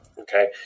Okay